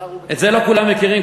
את זה לא כולם מכירים.